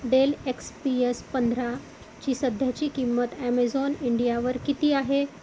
del X P S पंधराची सध्याची किंमत ॲमेझॉन इंडियावर किती आहे